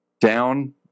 down